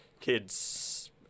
kids